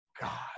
God